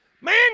Man